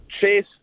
Chase